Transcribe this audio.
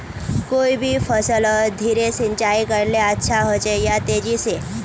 कोई भी फसलोत धीरे सिंचाई करले अच्छा होचे या तेजी से?